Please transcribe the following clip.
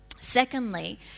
Secondly